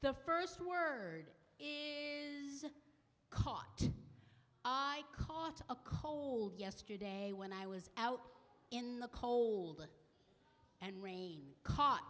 the first word caught i caught a cold yesterday when i was out in the cold and rain